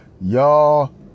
Y'all